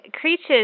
creatures